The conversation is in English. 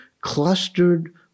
clustered